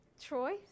Troy